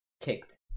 kicked